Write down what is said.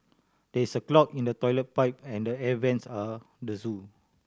there is a clog in the toilet pipe and the air vents are the zoo